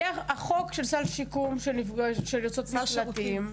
החוק של סל שיקום של יוצאות מקלטים.